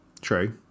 True